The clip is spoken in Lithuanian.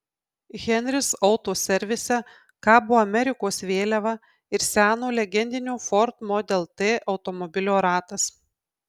henris auto servise kabo amerikos vėliava ir seno legendinio ford model t automobilio ratas